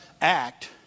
act